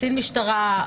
קצין משטרה,